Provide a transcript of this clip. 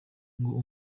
ngo